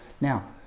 Now